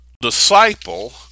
disciple